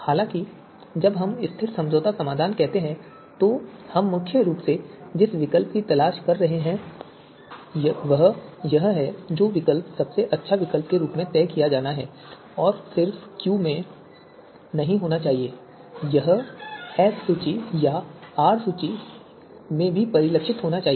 हालाँकि जब हम स्थिर समझौता समाधान कहते हैं तो हम मुख्य रूप से जिस विकल्प की तलाश कर रहे हैं वह यह है कि जो विकल्प सबसे अच्छा विकल्प के रूप में तय किया जाना है वह सिर्फ क्यू में नहीं होना चाहिए यह एस सूची या आर सूची या में भी परिलक्षित होना चाहिए